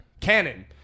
Canon